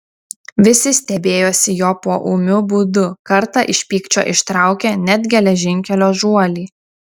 visi stebėjosi jo poūmiu būdu kartą iš pykčio ištraukė net geležinkelio žuolį